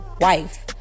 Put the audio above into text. wife